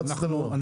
מה רצית לומר?